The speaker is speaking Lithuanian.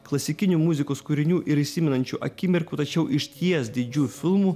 klasikinių muzikos kūrinių ir įsimenančių akimirkų tačiau išties didžiu filmu